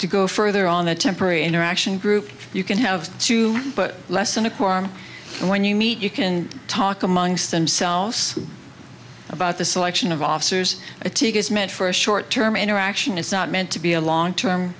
to go further on the temporary interaction group you can have to put less than a core arm and when you meet you can talk amongst themselves about the selection of officers it is meant for a short term interaction it's not meant to be a long term